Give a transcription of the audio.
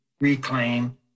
reclaim